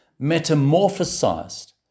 metamorphosized